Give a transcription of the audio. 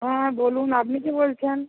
হ্যাঁ বলুন আপনি কে বলছেন